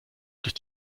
durch